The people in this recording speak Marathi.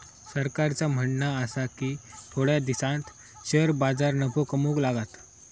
सरकारचा म्हणणा आसा की थोड्या दिसांत शेअर बाजार नफो कमवूक लागात